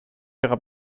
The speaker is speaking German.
ihrer